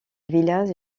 village